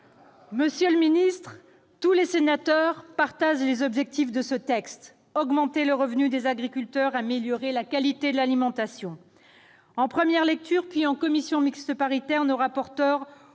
monde en vous ... Tous les sénateurs partagent les objectifs assignés à ce texte : augmenter le revenu des agriculteurs et améliorer la qualité de l'alimentation. En première lecture puis en commission mixte paritaire, nos rapporteurs auront